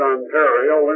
Ontario